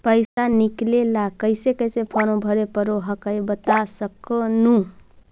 पैसा निकले ला कैसे कैसे फॉर्मा भरे परो हकाई बता सकनुह?